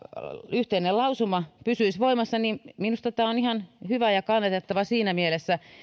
yhteinen lausuma pysyisi voimassa minusta tämä on ihan hyvä ja kannatettava siinä mielessä